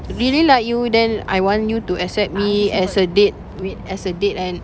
really like you then I want you to accept me as a date wait as a date and